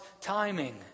timing